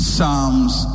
Psalms